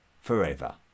forever